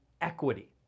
equity